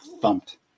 thumped